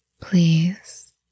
Please